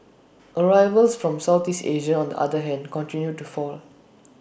arrivals from Southeast Asia on the other hand continued to fall